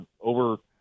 over